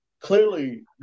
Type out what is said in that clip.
clearly